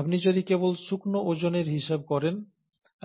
আপনি যদি কেবল শুকনো ওজনের হিসাব করেন